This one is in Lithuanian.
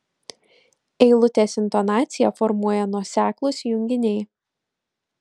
eilutės intonaciją formuoja nuoseklūs junginiai